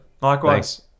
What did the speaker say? Likewise